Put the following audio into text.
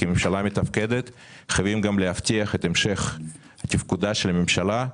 כממשלה מתפקדת חייבים להבטיח את המשך תפקודה של הממשלה,